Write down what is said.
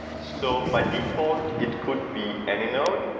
so by default, it could be any node,